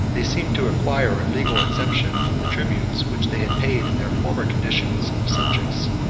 they seemed to acquire a legal exemption from the tributes which they had paid in their former condition of subjects.